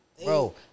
Bro